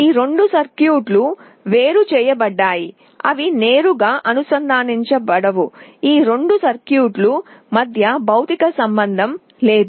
ఈ రెండు సర్క్యూట్లు వేరుచేయబడ్డాయి అవి నేరుగా అనుసంధానించబడవు ఈ రెండు సర్క్యూట్ల మధ్య భౌతిక సంబంధం లేదు